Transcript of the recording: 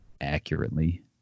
accurately